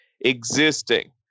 existing